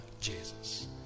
Jesus